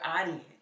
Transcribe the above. audience